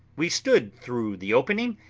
we stood through the opening,